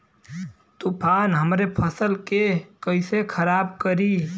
तूफान हमरे फसल के कइसे खराब करी?